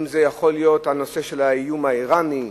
זה יכול להיות הנושא של האיום האירני,